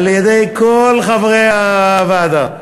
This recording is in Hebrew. על-ידי כל חברי הוועדה,